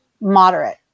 moderate